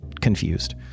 confused